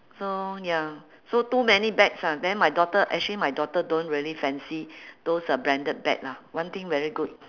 so ya so too many bags lah then my daughter actually my daughter don't really fancy those uh branded bag ah one thing very good